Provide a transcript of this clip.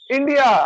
India